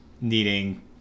Needing